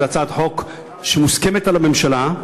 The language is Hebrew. זו הצעת חוק שמוסכמת על הממשלה.